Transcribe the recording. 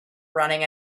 running